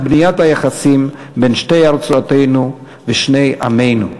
בניית היחסים בין שתי ארצותינו ושני עמנו.